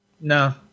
No